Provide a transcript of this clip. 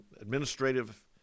administrative